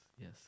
yes